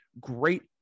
great